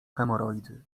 hemoroidy